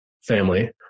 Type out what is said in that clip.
family